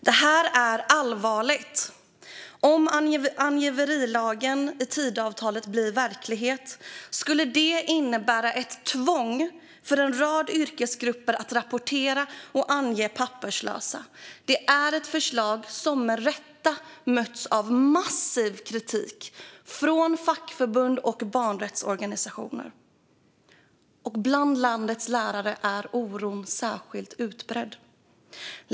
Detta är allvarligt. Om angiverilagen i Tidöavtalet blir verklighet skulle det innebära ett tvång för en rad yrkesgrupper att rapportera och ange papperslösa. Det är ett förslag som med rätta har mötts av massiv kritik från fackförbund och barnrättsorganisationer. Bland landets lärare är oron särskilt utbredd.